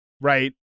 Right